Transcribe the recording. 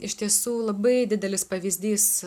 iš tiesų labai didelis pavyzdys